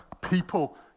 people